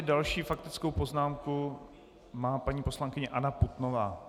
Další faktickou poznámku má paní poslankyně Anna Putnová.